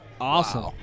Awesome